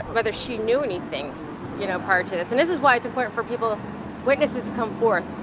whether she knew anything you know prior to this, and this is why it's important for people witnesses come forth.